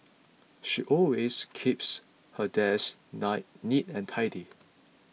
she always keeps her desk nine neat and tidy